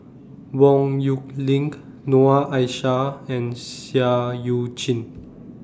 Yong Nyuk Lin Noor Aishah and Seah EU Chin